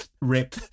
rip